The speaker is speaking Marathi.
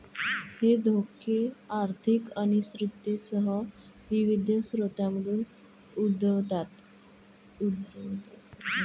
हे धोके आर्थिक अनिश्चिततेसह विविध स्रोतांमधून उद्भवतात